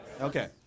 Okay